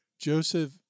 Joseph